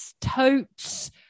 totes